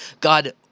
God